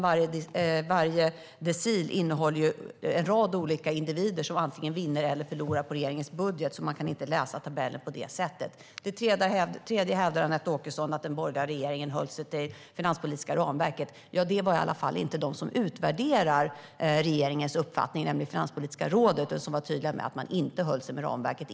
Varje decil innehåller en rad olika individer som antingen vinner eller förlorar på regeringens budget, så man kan inte läsa tabellerna på det sättet. För det tredje hävdar Anette Åkesson att den borgerliga regeringen höll sig till det finanspolitiska ramverket. Detta var i alla fall inte uppfattningen från dem som utvärderar regeringen, nämligen Finanspolitiska rådet, som var tydligt med att man inte höll sig till ramverket.